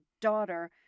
daughter